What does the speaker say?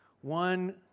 one